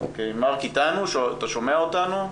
אני חושב שלא.